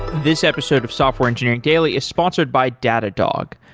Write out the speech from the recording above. this episode of software engineering daily is sponsored by datadog.